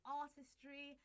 artistry